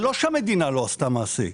זה לא שהמדינה לא עשתה מעשה.